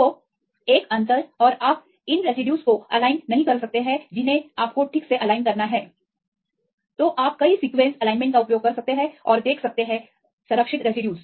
तो एक अंतर या बराबर और आप इन रेसिड्यूज को एलाइन नहीं कर सकते हैं जिन्हें आपको ठीक सेएलाइन करना है तो आप कई सीक्वेंस एलाइनमेंट का उपयोग कर सकते हैं और देख सकते हैं संरक्षित रेसिड्यूज